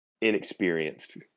inexperienced